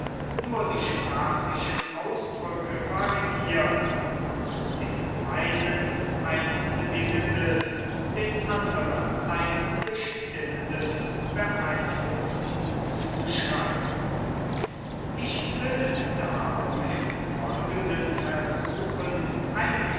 nur die sprachlichen ausdrücke variiert und den einen ein bedingendes den anderen ein bestimmendes beeinflussen zuschreibt ich will darum im folgenden versuchen einige